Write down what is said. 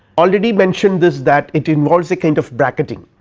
already mentioned this, that it involves a kind of bracketing